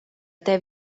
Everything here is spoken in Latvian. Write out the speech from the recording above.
tev